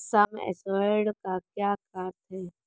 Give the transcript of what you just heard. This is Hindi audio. सम एश्योर्ड का क्या अर्थ है?